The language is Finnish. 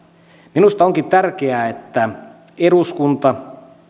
minusta onkin tärkeää että eduskunta